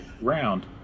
round